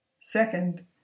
Second